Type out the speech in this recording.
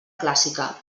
clàssica